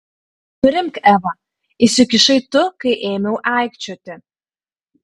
nurimk eva įsikišai tu kai ėmiau aikčioti